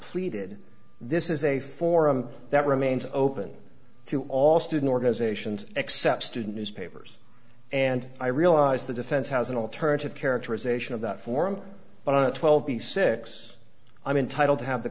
pleaded this is a forum that remains open to all student organizations except student newspapers and i realize the defense has an alternative characterization of that form but on a twelve b six i'm entitled to have the